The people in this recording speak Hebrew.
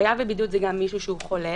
חייב בבידוד זה גם מישהו שהוא חולה,